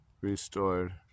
restored